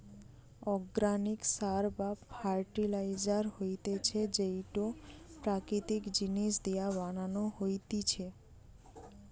organic সার বা fertiliser হতিছে যেইটো প্রাকৃতিক জিনিস দিয়া বানানো হতিছে